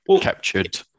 captured